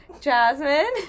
Jasmine